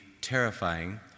terrifying